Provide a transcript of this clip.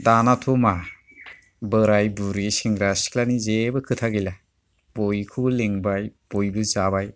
दानाथ' मा बोराय बुरि सेंग्रा सिख्लानि जेबो खोथा गैला बयखौबो लेंबाय बयबो जाबाय